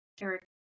Eric